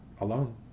alone